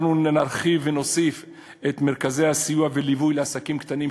נרחיב ונוסיף את מרכזי הסיוע והליווי לעסקים קטנים,